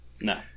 No